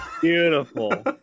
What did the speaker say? beautiful